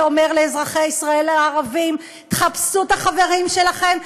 אומר לאזרחי ישראל הערבים: תחפשו את החברים שלכם,